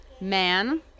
man